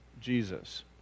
Jesus